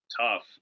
tough